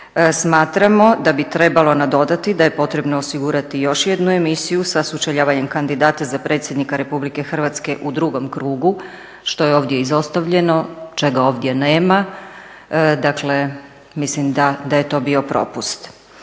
Smatramo da bi trebalo nadodati da je potrebno osigurati i još jednu emisiju sa sučeljavanjem kandidata za predsjednika Republike Hrvatske u drugom krugu što je ovdje izostavljeno, čega ovdje nema. Dakle, mislim da je to bio propust.